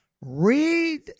Read